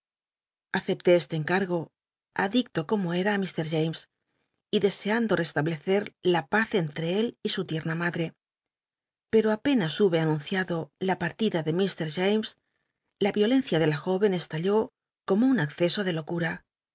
acepté este encargo adicto como era i mr james y deseando restablecer la paz entre él y su tierna madre pero apenas hube anunciado la partida de ir james la violencia de la jórcn estalló como un acceso de locum